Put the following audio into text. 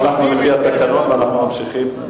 אנחנו עובדים לפי התקנון ואנחנו ממשיכים,